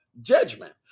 judgment